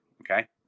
Okay